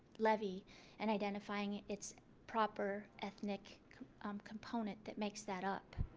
levy and identifying its proper ethnic um component that makes that up.